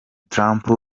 trump